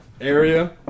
area